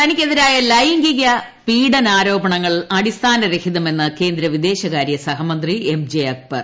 തനിക്കെതിരായ ലൈംഗിക പീഡനാരോപണങ്ങൾ അടിസ്ഥാനരഹിതമെന്ന് കേന്ദ്ര വിദേശകാര്യ സഹമന്ത്രി എം ജെ അക്ബർ